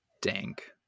Dank